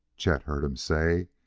chet heard him say,